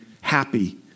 happy